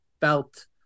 felt